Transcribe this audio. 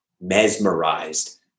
mesmerized